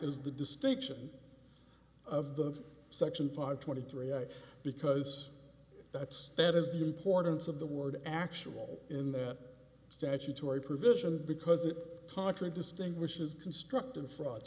is the distinction of the section five twenty three because that's that is the importance of the word actual in that statutory provision because it partly distinguishes construct and fraud